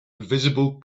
invisible